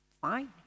fine